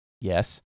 Yes